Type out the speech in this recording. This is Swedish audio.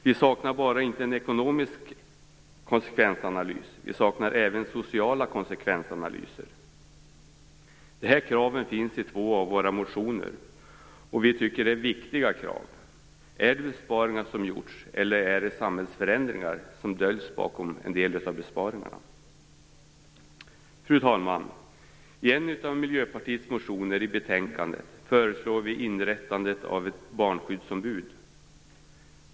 Vi saknar inte bara en ekonomisk konsekvensanalys, vi saknar även sociala konsekvensanalyser. Dessa krav finns i två av våra motioner. Vi tycker att det är viktiga krav. Är det besparingar som har gjorts, eller är det samhällsförändringar som döljs bakom en del av besparingarna? Fru talman! I en av Miljöpartiets motioner i betänkandet föreslår vi ett inrättande av barnskyddsombud.